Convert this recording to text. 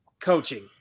coaching